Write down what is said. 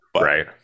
Right